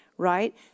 right